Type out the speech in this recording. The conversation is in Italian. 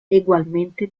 egualmente